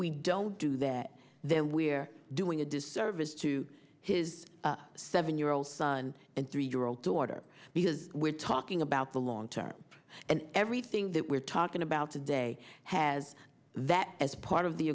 we don't do that then we're doing a disservice to his seven year old son and three year old daughter because we're talking about the long term and everything that we're talking about today has that as part of the